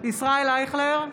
ישראל אייכלר,